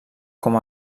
com